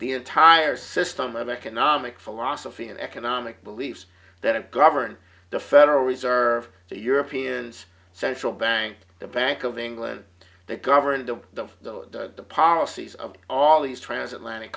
the entire system of economic philosophy and economic beliefs that govern the federal reserve the europeans central bank the bank of england the government of the of the policies of all these transatlantic